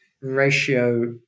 ratio